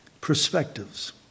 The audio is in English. perspectives